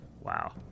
Wow